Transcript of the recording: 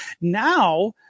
Now